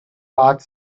part